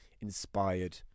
inspired